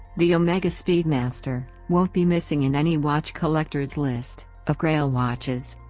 the omega speedmaster won't be missing in any watch collector's list of grail watches.